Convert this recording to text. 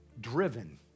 driven